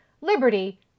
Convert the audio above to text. liberty